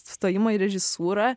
stojimą į režisūrą